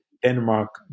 Denmark